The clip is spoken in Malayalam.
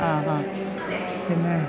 ആ ആ പിന്നെ